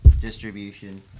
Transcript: distribution